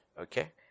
Okay